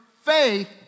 faith